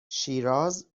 شیراز